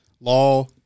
law